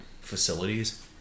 facilities